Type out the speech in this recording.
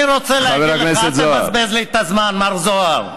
אני רוצה להגיד לך, אל תבזבז לי את הזמן, מר זוהר.